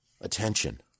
attention